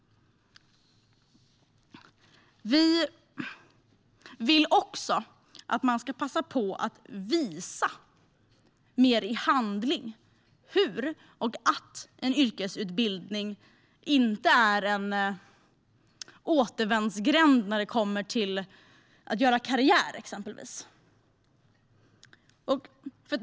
Vi vill också att man ska passa på att visa mer i handling att en yrkesutbildning inte är en återvändsgränd när det gäller att göra karriär, exempelvis.